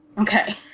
okay